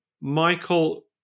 Michael